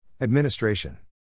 Administration